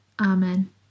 Amen